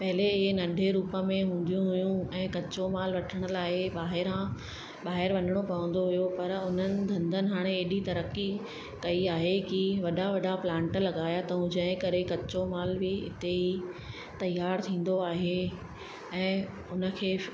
पहिले इहे नंढे रूप में हूंदियूं हुयूं ऐं कचो माल वठण लाइ ॿाहिरां ॿाहिरि वञिणो पवंदो हुओ पर उन्हनि धंधनि हाणे एॾी तरक़ी कई आहे की वॾा वॾा प्लांट लॻाया अथऊं जंहिं करे कचो माल बि इते ई तयार थींदो आहे ऐं उन खे